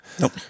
Nope